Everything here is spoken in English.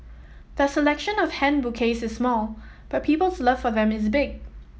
their selection of hand bouquets is small but people's love for them is big